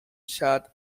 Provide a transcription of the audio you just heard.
chad